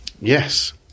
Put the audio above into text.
Yes